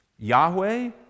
Yahweh